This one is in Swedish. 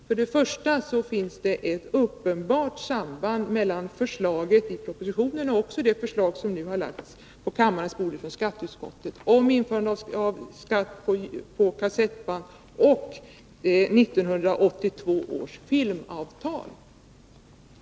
Först och främst vill jag peka på att det finns ett uppenbart samband mellan å ena sidan förslaget i propositionen om införande av kassettskatt och skatteutskottets behandling av propositionen och å andra sidan 1982 års filmavtal som återfinns i filmpropositionen på kulturutskottets bord.